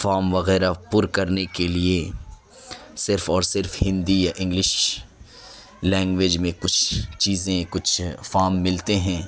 فام وغیرہ پر کرنے کے لیے صرف اور صرف ہندی یا انگلش لینگویج میں کچھ چیزیں کچھ فام ملتے ہیں